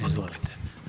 Izvolite.